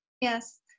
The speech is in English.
yes